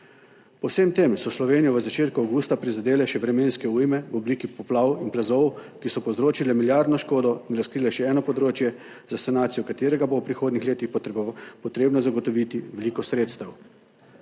Po vsem tem so Slovenijo v začetku avgusta prizadele še vremenske ujme v obliki poplav in plazov, ki so povzročile milijardno škodo in razkrile še eno področje, za sanacijo katerega bo v prihodnjih letih potrebno zagotoviti veliko sredstev.